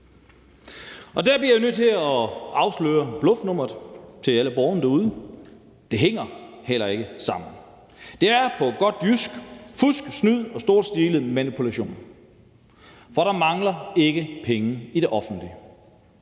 Der bliver jeg nødt til at afsløre bluffnummeret for alle borgerne derude: Det hænger heller ikke sammen! Det er på godt jysk fusk og snyd og storstilet manipulation. For der mangler ikke penge i det offentlige.